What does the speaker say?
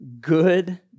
good